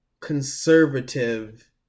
conservative